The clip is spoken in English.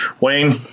Wayne